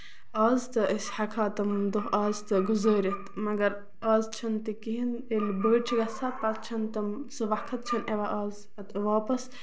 آز تہٕ أسۍ ہٮ۪کہٕ ہو آز تہٕ گُزٲرِتھ مَگر آز چھُنہٕ تہِ کِہیٖنۍ ییٚلہِ بٔڑۍ چھِ گژھان پَتہٕ چھُنہٕ تِم سُہ وقت چھُ یِوان آز پَتہٕ واپَس